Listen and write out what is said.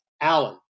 alan